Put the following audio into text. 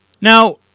Now